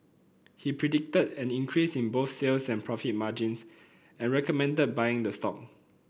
he predicted an increase in both sales and profit margins and recommended buying the stock